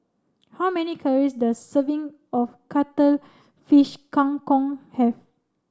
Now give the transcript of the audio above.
how many calories does serving of Cuttlefish Kang Kong have